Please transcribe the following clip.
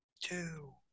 two